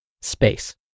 Space